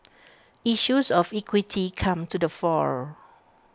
issues of equity come to the fore